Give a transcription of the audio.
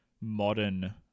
modern